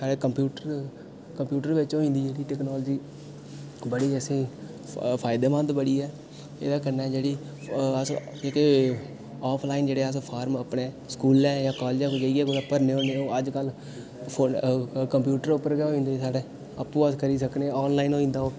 साढ़े computer computer बिच होई जंदी जेह्ड़ी टेक्नोलॉजी बड़ी गै स्हेई फायदेमंद बड़ी ऐ एह्दे कन्नै जेह्ड़ी अस जेह्के आफलाइन जेह्के फार्म साढ़े अपने स्कूलें कॉलेजें जाइयै भरने होंदे ओह् अपने कंप्यूटर पर गै होई जंदे साढ़े अपने आपूं अस करी सकने आं आनलाइन होई जंदा ओह्